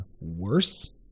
worse